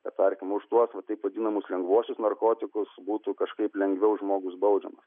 kad tarkim už tuos va taip vadinamus lengvuosius narkotikus būtų kažkaip lengviau žmogus baudžiamas